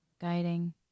guiding